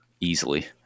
easily